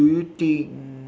do you think